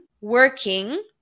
working